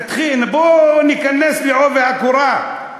בוא ניכנס בעובי הקורה,